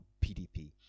PDP